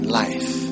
life